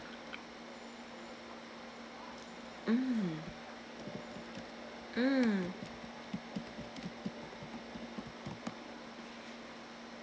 mm mm